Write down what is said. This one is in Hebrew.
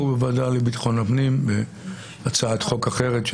בוועדה לביטחון הפנים בהצעת חוק אחרת,